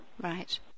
Right